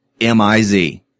M-I-Z